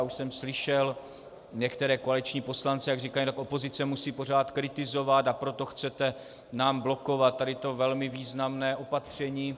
Už jsem slyšel některé koaliční poslance, jak říkají: opozice musí pořád kritizovat, a proto nám chcete blokovat tady to velmi významné opatření.